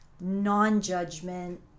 non-judgment